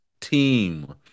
team